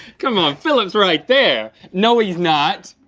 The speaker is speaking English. come on, filipp's right there. no he's not.